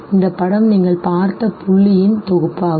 இந்த படம் நீங்கள் பார்த்த புள்ளியின் தொகுப்பாகும்